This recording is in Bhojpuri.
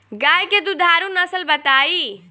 गाय के दुधारू नसल बताई?